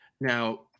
Now